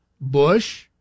Bush